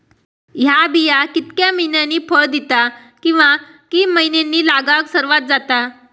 हया बिया कितक्या मैन्यानी फळ दिता कीवा की मैन्यानी लागाक सर्वात जाता?